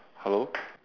hello